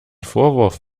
vorwurf